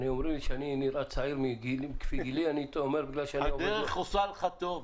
אמרו לי שאני נראה צעיר מכפי גילי --- הדרך עושה לך טוב,